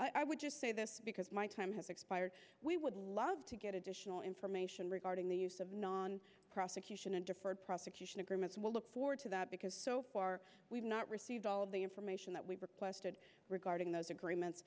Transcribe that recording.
i would just say this because my time has expired we would love to get additional information regarding the use of non prosecution and deferred prosecution agreements we look forward to that because so far we've not received all the information that we requested regarding those agreements